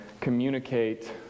communicate